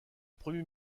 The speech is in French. premier